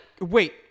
Wait